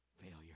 failure